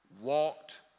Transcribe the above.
Walked